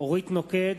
אורית נוקד,